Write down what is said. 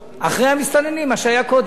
אחרי המסתננים, מה שהיה קודם.